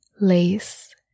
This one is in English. lace